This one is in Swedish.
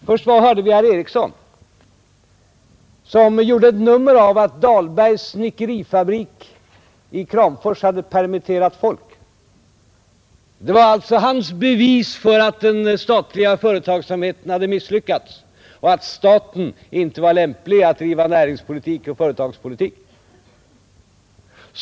Först var det herr Ericsson i Åtvidaberg som gjorde ett nummer av att Dahlbergs snickerifabrik i Kramfors hade permitterat folk. Det var alltså herr Ericssons bevis för att den statliga företagsamheten hade misslyckats och att staten inte var lämplig att driva näringspolitik och företagspolitik.